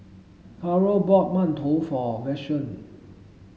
Carrol bought Mantou for Vashon